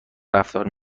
رفتار